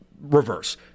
reverse